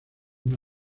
una